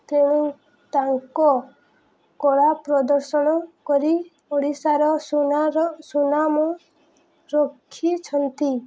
ତେଣୁ ତାଙ୍କ କଳା ପ୍ରଦର୍ଶନ କରି ଓଡ଼ିଶାର ସୁନାର ସୁନାମ ରଖିଛନ୍ତି